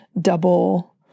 double